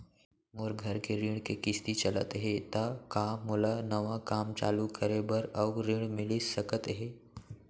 मोर घर के ऋण के किसती चलत हे ता का मोला नवा काम चालू करे बर अऊ ऋण मिलिस सकत हे?